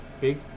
big